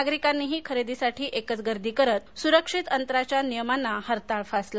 नागरिकांनीही खरेदीसाठी एकच गर्दी करत सुरक्षित अंतराच्या नियमांना हरताळ फसला